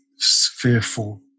fearful